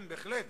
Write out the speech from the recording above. כן, בהחלט.